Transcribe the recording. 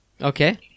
Okay